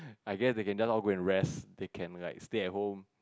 I guess they can just all go and rest they can like stay at home